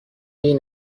این